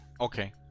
okay